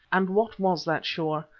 and what was that shore?